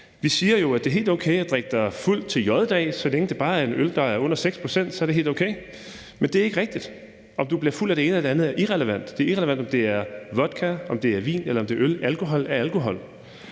Man siger jo, at det er helt okay at drikke sig fuld til j-dag, så længe det bare gælder øl, der er under 6 pct.; så er det helt okay. Men det er ikke rigtigt. Om du bliver fuld af det ene eller det andet er irrelevant. Det er irrelevant, om det er vodka, om det er vin, eller om det er øl. Alkohol er alkohol.